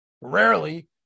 Rarely